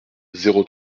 zéro